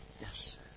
Yes